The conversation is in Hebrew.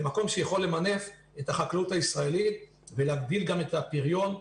למקום שיכול למנף את החקלאות הישראלית ולהגדיל גם את הפריון,